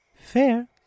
fair